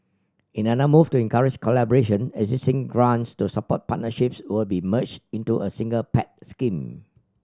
in another move to encourage collaboration existing grants to support partnerships will be merged into a single Pact scheme